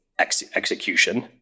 execution